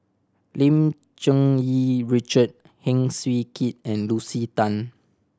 Lim Cherng Yih Richard Heng Swee Keat and Lucy Tan